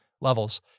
levels